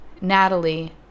Natalie